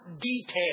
detail